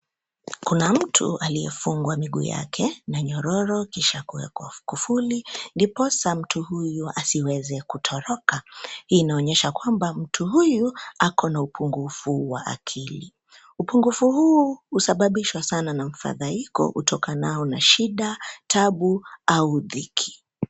KUNA MTU ALIYEFUNGWA MIGUU YAKE NA NYORORO KISHA KUWEKWA KUFULI NDIPOZA MTU HUYU AZIWEZE KUTOROKA.HII INAONYESHA KWAMBA MTU HUYU AKO UPUNGUFU WA AKILI.UPUNGUFU HUU USABABISHWA SANA NA UFADHAIKO UTOKANAO NA SHIDA, TABU AU DHIKI